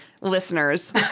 listeners